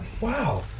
Wow